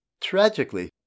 Tragically